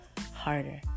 harder